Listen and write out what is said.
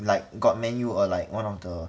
like got Man U or like one of the